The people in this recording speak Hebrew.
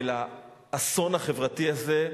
אל האסון החברתי הזה,